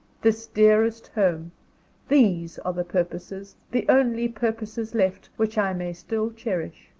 this dearest home these are the purposes, the only purposes left, which i may still cherish.